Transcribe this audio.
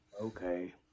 Okay